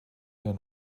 than